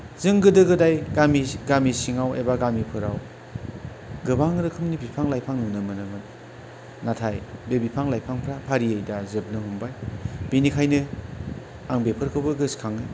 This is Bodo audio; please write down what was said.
जों गोदो गोदाय गामि गामि सिङाव एबा गामिफोराव गोबां रोखोमनि बिफां लाइफां नुनो मोनोमोन नाथाय बे बिफां लाइफांफोरा फारियै दा जोबनो हमबाय बेनिखायनो आं बेफोरखौबो गोसोखाङो